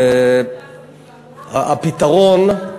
הפתרון,